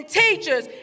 teachers